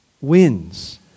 wins